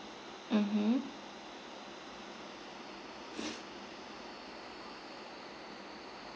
mmhmm